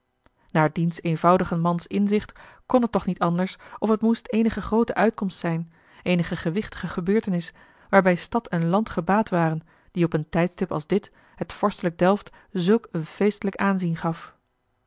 naar diens eenvoudigen mans inzicht kon het toch niet anders of het moest eenige groote uitkomst zijn eenige gewichtige gebeurtenis waarbij stad en land gebaat waren die op een tijdstip als dit het vorstelijk delft zulk een feestelijk aanzien gaf